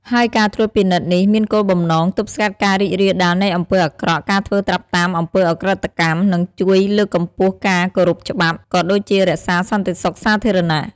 ហើយការត្រួតពិនិត្យនេះមានគោលបំណង ទប់ស្កាត់ការរីករាលដាលនៃអំពើអាក្រក់ ការធ្វើត្រាប់តាមអំពើឧក្រិដ្ឋកម្ម និងជួយលើកកម្ពស់ការគោរពច្បាប់ ក៏ដូចជារក្សាសន្តិសុខសាធារណៈ។